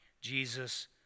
Jesus